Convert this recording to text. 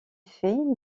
fait